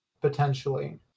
potentially